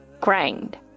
grind